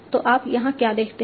तो आप यहाँ क्या देखते हैं